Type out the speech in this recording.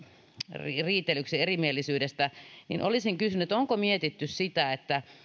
riitelyksi erimielisyydestä ja olisin kysynyt onko mietitty sitä että